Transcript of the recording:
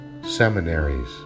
seminaries